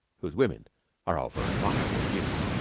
whose women are of a remarkable beauty.